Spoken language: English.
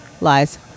Lies